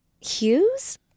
Hughes